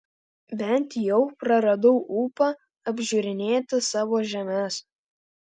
bent jau praradau ūpą apžiūrinėti savo žemes